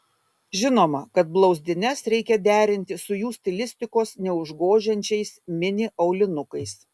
žinoma kad blauzdines reikia derinti su jų stilistikos neužgožiančiais mini aulinukais